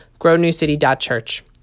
grownewcity.church